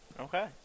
Okay